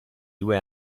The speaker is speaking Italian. due